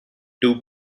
two